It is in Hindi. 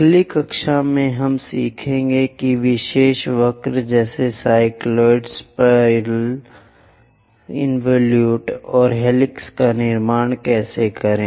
अगली कक्षा में हम सीखेंगे कि विशेष वक्र जैसे साइक्लॉयड सर्पिल इनवोल्यूज़ और हेलिक्स का निर्माण कैसे करें